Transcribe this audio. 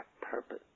purpose